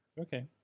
Okay